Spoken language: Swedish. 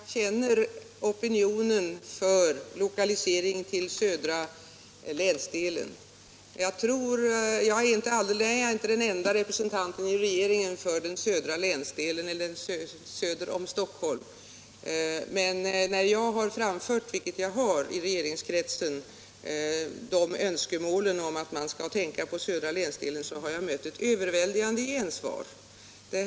Herr talman! Jag känner väl till opinionen för lokalisering till södra länsdelen, och i regeringen är jag inte den enda representanten för områdena söder om Stockholm. När jag i regeringskretsen har fört fram önskemålen om och kraven på att man skall tänka även på den södra länsdelen har jag också mött överväldigande gensvar.